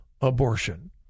abortion